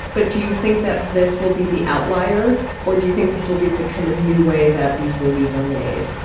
but do you think that this will be the outlier or do you think this will be the kind of new way that these movies are made?